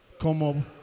Como